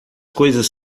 coisas